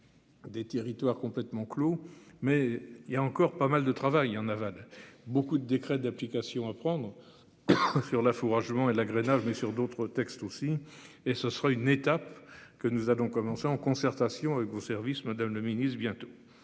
Des territoires complètement clos mais il y a encore pas mal de travail en aval. Beaucoup de décrets d'application à prendre. Sur l'affouragement et l'agrainage mais sur d'autres textes aussi et ce sera une étape que nous allons commencer en concertation avec vos services madame le Ministre bientôt.